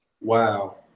Wow